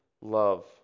love